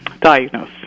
diagnose